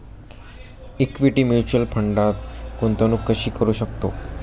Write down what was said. Equity mutual फंडात गुंतवणूक कशी करू शकतो?